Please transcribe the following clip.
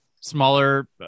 smaller